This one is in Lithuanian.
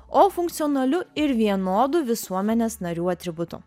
o funkcionaliu ir vienodu visuomenės narių atributu